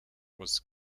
was